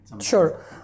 Sure